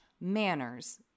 manners